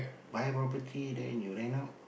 buy property then you rent out